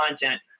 content